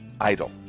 idol